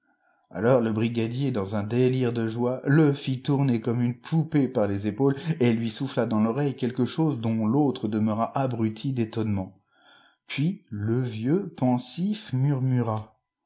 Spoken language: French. alors le brigadier dans un délire de joie le fit tourner comme une poupée par les épaules et il lui soufha dans l'oreille quelque chose dont l'autre demeura abruti d'étonnement puis le vieux pensif murmura